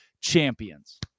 champions